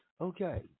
Okay